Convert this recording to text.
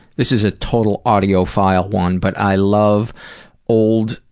this is a total audio file one, but i love old,